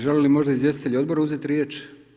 Žele li možda izvjestitelji odbora uzeti riječ?